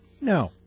No